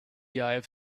have